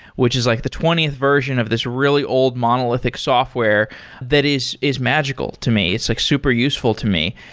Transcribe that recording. which is like the twentieth version of this really old monolithic software that is is magical to me. it's like super useful to me.